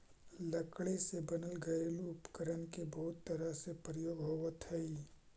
लकड़ी से बनल घरेलू उपकरण के बहुत तरह से प्रयोग होइत हइ